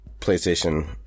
PlayStation